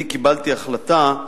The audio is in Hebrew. אני קיבלתי החלטה,